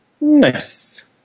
Nice